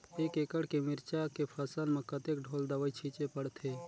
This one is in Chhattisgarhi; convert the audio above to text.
एक एकड़ के मिरचा के फसल म कतेक ढोल दवई छीचे पड़थे?